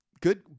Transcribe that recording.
Good